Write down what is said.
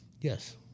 yes